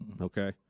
Okay